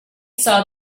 saw